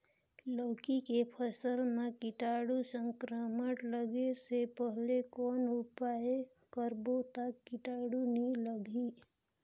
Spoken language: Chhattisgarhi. लौकी के फसल मां कीटाणु संक्रमण लगे से पहले कौन उपाय करबो ता कीटाणु नी लगही?